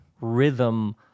rhythm